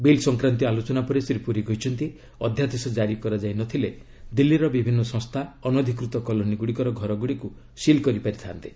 bill ସଂକ୍ରାନ୍ତୀୟ ଆଲୋଚନା ପରେ ଶ୍ରୀ ପୁରୀ କହିଛନ୍ତି ଅଧ୍ୟାଦେଶ କାରି କରାଯାଇ ନ ଥିଲେ ଦିଲ୍ଲୀର ବିଭିନ୍ନ ସଂସ୍ଥା ଅନଧିକୃତ କଲୋନୀଗୁଡ଼ିକର ଘରଗୁଡ଼ିକୁ ସିଲ୍ କରିପାରିଥାନ୍ତେ